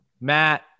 Matt